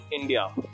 India